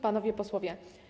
Panowie Posłowie!